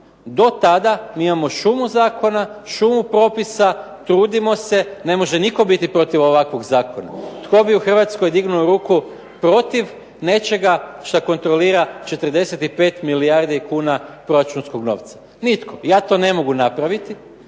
Do tada mi imamo šumu zakona, šumu propisa, trudimo se. Ne može nitko biti protiv ovakvog zakona. Tko bi u Hrvatskoj dignuo ruku protiv nečega što kontrolira 45 milijardi kuna proračunskog novca? Nitko. Ja to ne mogu napraviti